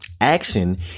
Action